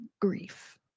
grief